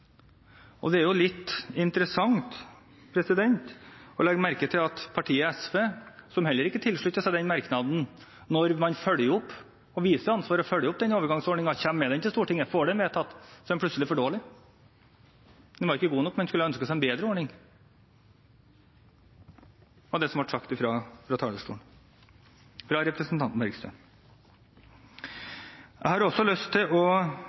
Det er litt interessant å legge merke til at partiet SV – som heller ikke tilsluttet seg den merknaden – når man viser ansvar og følger opp overgangsordningen, kommer med den til Stortinget og får den vedtatt, plutselig mener den er for dårlig: Den er ikke god nok, man skulle ønsket seg en bedre ordning. Det var det som ble sagt fra talerstolen av representanten Bergstø. Jeg har også lyst til å